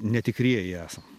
netikrieji esam